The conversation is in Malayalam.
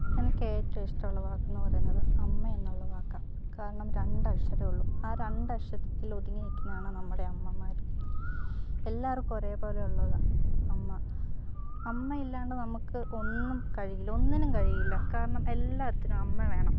എനിക്ക് ഏറ്റവും ഇഷ്ടമുള്ള വാക്കെന്ന് പറയുന്നത് അമ്മ എന്നുള്ള വാക്കാണ് കാരണം രണ്ടക്ഷരമുള്ളൂ ആ രണ്ടക്ഷരത്തിൽ ഒതുങ്ങി നിൽക്കുന്നതാണ് നമ്മുടെ അമ്മമാർ എല്ലാവർക്കും ഒരേ പോലെ ഉള്ളതാണ് അമ്മ അമ്മ ഇല്ലാണ്ട് നമുക്ക് ഒന്നും കഴിയില്ല ഒന്നിനും കഴിയില്ല കാരണം എല്ലാത്തിനും അമ്മ വേണം